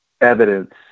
evidence